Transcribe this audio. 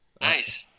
Nice